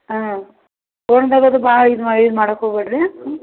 ಹಾಂ ತಗೊಂಡು ಆಗದು ಭಾಳ್ ಇದು ಮಾ ಇದು ಮಾಡಾಕೆ ಹೋಗಬೇಡ್ರಿ ಹ್ಞೂ